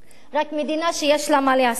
רק מדינה שיש לה מה להסתיר,